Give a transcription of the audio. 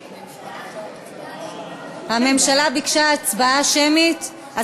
הממשלה ביקשה הצבעה שמית?